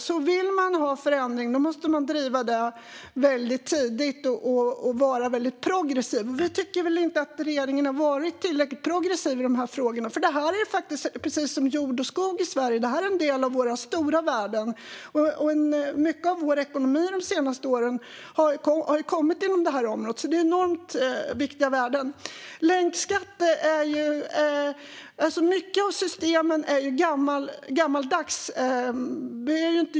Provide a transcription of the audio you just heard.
Om man vill ha förändring måste man driva det tidigt och vara progressiv. Vi tycker inte att regeringen har varit tillräckligt progressiv i dessa frågor. Detta rör faktiskt en del av våra stora värden, precis som jord och skog, i Sverige. En stor del av vår ekonomi de senaste åren har kommit till inom detta område, så det är enormt viktiga värden. När det gäller länkskatt är många av systemen gammaldags.